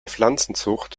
pflanzenzucht